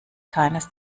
keines